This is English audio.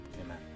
Amen